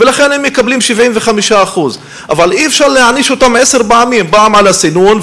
ולכן הם מקבלים 75%. אבל אי-אפשר להעניש אותם עשר פעמים: פעם על הסינון,